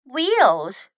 Wheels